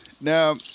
Now